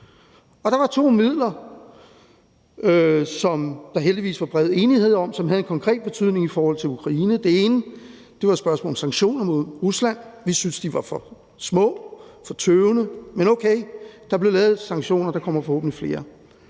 Der var to midler, som der heldigvis var bred enighed om, og som havde en konkret betydning i forhold til Ukraine. Det ene var et spørgsmål om sanktioner mod Rusland. Vi syntes, at de var for små, for tøvende, men okay, der blev lavet sanktioner, og der kommer forhåbentlig flere.